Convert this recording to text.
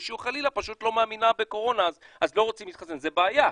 או שחלילה פשוט לא מאמין בקורונה ולא רוצה להתחסן זה בעיה.